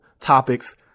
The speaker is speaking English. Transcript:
topics